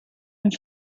and